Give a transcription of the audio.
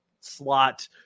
slot